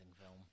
film